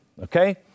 okay